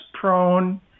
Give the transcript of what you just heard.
prone